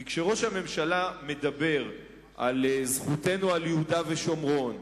כי כשראש הממשלה מדבר על זכותנו על יהודה ושומרון,